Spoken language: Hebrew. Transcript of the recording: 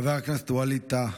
חבר הכנסת ווליד טאהא.